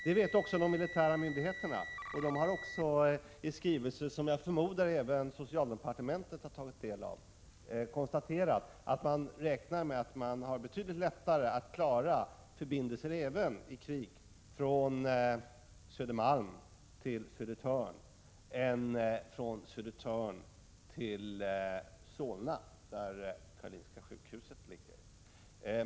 Det vet också de militära myndigheterna, och de har i skrivelse, som jag förmodar att även socialdepartementet har tagit del av, konstaterat att det är betydligt lättare att klara förbindelser även i krig från Södermalm till Södertörn än från Södertörn till Solna, där Karolinska sjukhuset ligger.